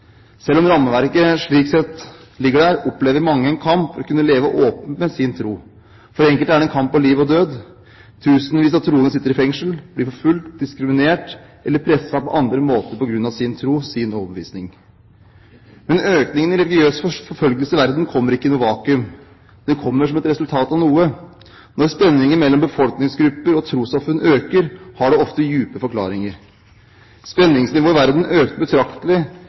Selv om rammeverket slik sett ligger der, opplever mange en kamp for å kunne leve åpent med sin tro. For enkelte er det en kamp på liv og død. Tusenvis av troende sitter i fengsel, blir forfulgt, diskriminert eller presset på andre måter på grunn av sin tro, sin overbevisning. Men økningen av religiøs forfølgelse kommer ikke i noe vakuum. Det kommer som et resultat av noe. Når spenninger mellom befolkningsgrupper og trossamfunn øker, har det ofte dype forklaringer. Spenningsnivået i verden økte betraktelig